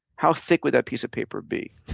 how thick would that piece of paper be,